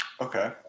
Okay